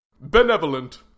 Benevolent